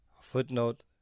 footnote